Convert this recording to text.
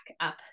up